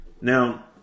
Now